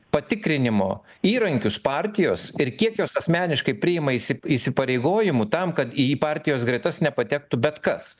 patikrinimo įrankius partijos ir kiek jos asmeniškai priima įsi įsipareigojimų tam kad į partijos gretas nepatektų bet kas